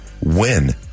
win